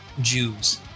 Jews